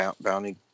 bounty